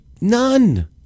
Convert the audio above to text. None